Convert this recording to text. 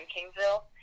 Kingsville